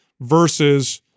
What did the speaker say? versus